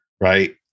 right